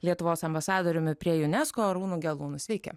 lietuvos ambasadoriumi prie unesco arūnu gelūnu sveiki